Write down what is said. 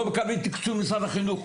לא מקבלים תקצוב משרד החינוך,